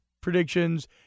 predictions